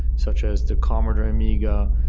such as the commodore amiga,